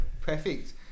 Perfect